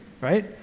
Right